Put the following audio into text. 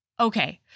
Okay